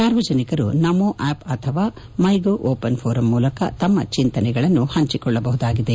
ಸಾರ್ವಜನಿಕರು ನಮೋ ಆಪ್ ಅಥವಾ MyGov open forum ಮೂಲಕ ತಮ್ಮ ಆಲೋಚನೆಗಳನ್ನು ಹಂಚಿಕೊಳ್ಳಬಹುದಾಗಿದೆ